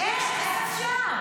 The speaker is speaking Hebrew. איך אפשר?